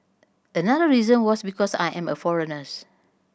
another reason was because I am a foreigners